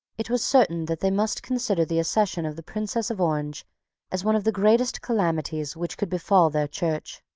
it was certain that they must consider the accession of the princess of orange as one of the greatest calamities which could befall their church.